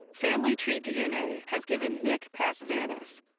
familytreedna has given nick pasvanis,